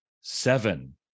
Seven